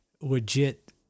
Legit